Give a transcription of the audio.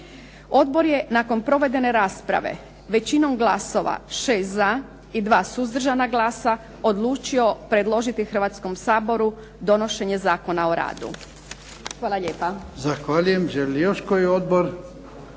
Odbor je nakon provedene rasprave većinom glasova 6 za i 2 suzdržana glasa odlučio predložiti Hrvatskom saboru donošenje Zakona o radu.